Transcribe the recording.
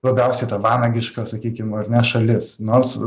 labiausiai ta vanagiška sakykim ar ne šalis nors